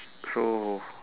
so